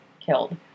killed